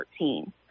13